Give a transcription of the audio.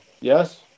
Yes